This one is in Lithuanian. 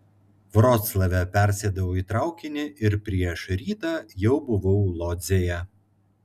vroclave persėdau į traukinį ir prieš rytą jau buvau lodzėje